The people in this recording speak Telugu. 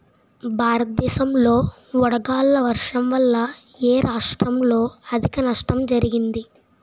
భారతదేశం లో వడగళ్ల వర్షం వల్ల ఎ రాష్ట్రంలో అధిక నష్టం జరిగింది?